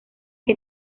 que